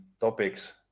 topics